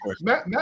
Matt